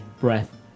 breath